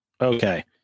okay